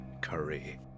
Curry